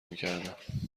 میکردم